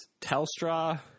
Telstra